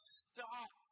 stop